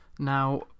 Now